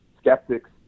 skeptics